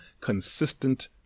consistent